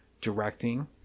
directing –